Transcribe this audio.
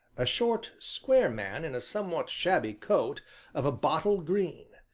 a short, square man in a somewhat shabby coat of a bottle-green,